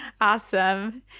Awesome